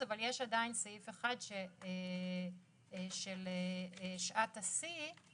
אבל יש עדיין סעיף אחד של שעת השיא,